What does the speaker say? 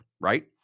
right